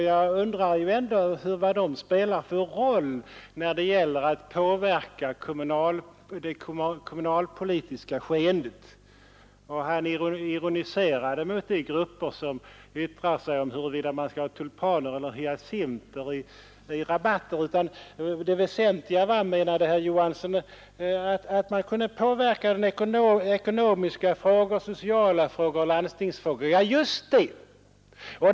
Jag undrar ändå vad de spelar för roll när det gäller att påverka det kommunalpolitiska skeendet. Han ironiserade mot de grupper som yttrar sig om huruvida man skall ha tulpaner eller hyacinter i rabatter. Det väsentliga var, menade herr Johansson, att man kunde påverka ekonomiska frågor, sociala frågor, landstingsfrågor. Ja, just det.